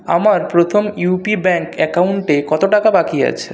আমার প্রথম UP bank অ্যাকাউন্টে কত টাকা বাকি আছে